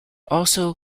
also